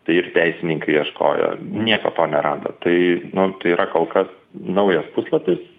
tai ir teisininkai ieškojo nieko to nerado tai nu tai yra kol kas naujas puslapis